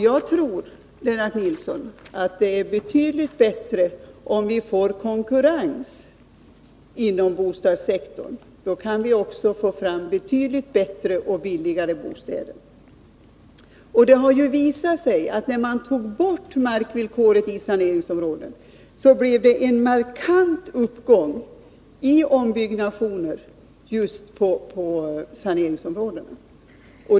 Jag tror, Lennart Nilsson, att det är betydligt bättre om vi får konkurrens inom bostadssektorn — då kan vi också få fram betydligt bättre och billigare bostäder. Det har visat sig, att när man tog bort markvillkoret i saneringsområden blev det en markant uppgång av ombyggnationer just i saneringsområdena.